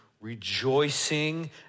rejoicing